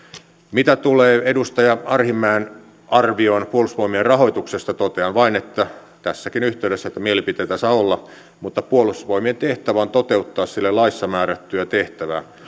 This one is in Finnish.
mitä tulee edustaja arhinmäen arvioon puolustusvoimien rahoituksesta totean vain tässäkin yhteydessä että mielipiteitä saa olla mutta puolustusvoimien tehtävä on toteuttaa sille laissa määrättyä tehtävää